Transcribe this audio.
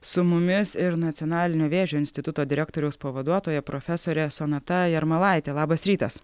su mumis ir nacionalinio vėžio instituto direktoriaus pavaduotoja profesorė sonata jarmalaitė labas rytas